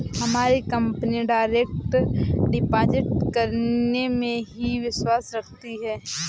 हमारी company direct deposit करने में ही विश्वास रखती है